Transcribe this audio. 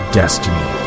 destiny